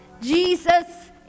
Jesus